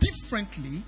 differently